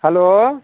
hello